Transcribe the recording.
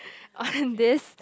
on this